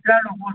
hello બોલો